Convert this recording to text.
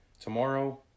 Tomorrow